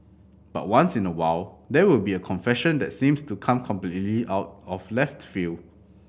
but once in a while there will be a confession that seems to come completely out of left field